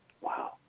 Wow